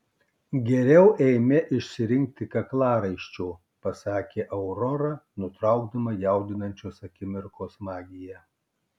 geriau eime išsirinkti kaklaraiščio pasakė aurora nutraukdama jaudinančios akimirkos magiją